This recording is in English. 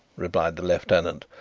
replied the lieutenant.